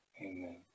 amen